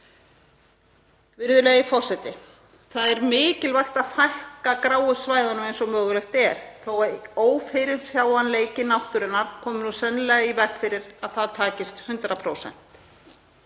Virðulegi forseti. Það er mikilvægt að fækka gráu svæðunum eins og mögulegt er þó að ófyrirsjáanleiki náttúrunnar komi nú sennilega í veg fyrir að það takist 100%.